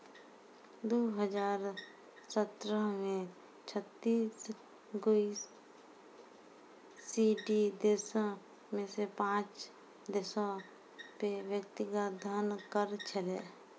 दु हजार सत्रह मे छत्तीस गो ई.सी.डी देशो मे से पांच देशो पे व्यक्तिगत धन कर छलै